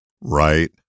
right